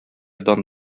дан